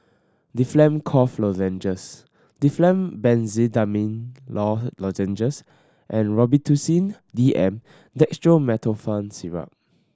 Difflam Cough Lozenges Difflam Benzydamine Lozenges and Robitussin D M Dextromethorphan Syrup